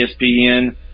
ESPN